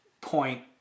point